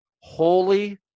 holy